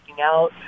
out